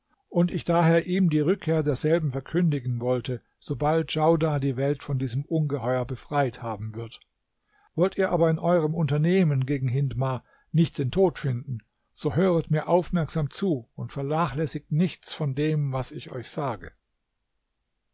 und ich daher ihm die rückkehr derselben verkündigen wollte sobald djaudar die welt von diesem ungeheuer befreit haben wird wollt ihr aber in euerem unternehmen gegen hindmar nicht den tod finden so höret mir aufmerksam zu und vernachlässigt nichts von dem was ich euch sage